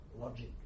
logic